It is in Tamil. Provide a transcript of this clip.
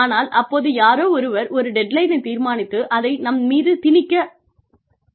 ஆனால் அப்போது யாரோ ஒருவர் ஒரு டெட் லைனை தீர்மானித்து அதை நம் மீது திணிக்க முயற்சிக்கிறார்